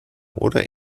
oder